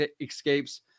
escapes